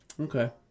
Okay